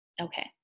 Okay